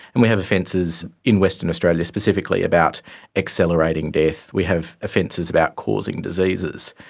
and we have offences in western australia specifically about accelerating death. we have offences about causing diseases.